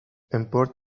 import